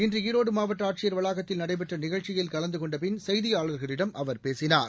இன்று ஈரோடு மாவட்ட ஆட்சியர் வளாகத்தில் நடைபெற்ற நிகழ்ச்சியில் கலந்து கொண்டபின் செய்தியள்களிடம் அவர் பேசினார்